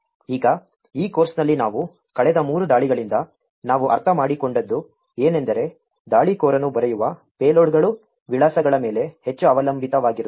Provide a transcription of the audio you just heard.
ಈಗ ಈ ಕೋರ್ಸ್ನಲ್ಲಿ ನಾವು ಕಳೆದ ಮೂರು ದಾಳಿಗಳಿಂದ ನಾವು ಅರ್ಥಮಾಡಿಕೊಂಡದ್ದು ಏನೆಂದರೆ ದಾಳಿಕೋರನು ಬರೆಯುವ ಪೇಲೋಡ್ಗಳು ವಿಳಾಸಗಳ ಮೇಲೆ ಹೆಚ್ಚು ಅವಲಂಬಿತವಾಗಿರುತ್ತದೆ